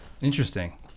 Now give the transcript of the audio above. Interesting